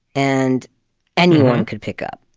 and anyone could pick up,